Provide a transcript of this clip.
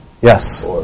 Yes